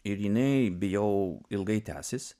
ir jinai bijau ilgai tęsis